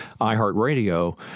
iHeartRadio